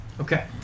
Okay